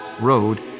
Road